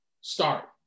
start